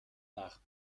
nach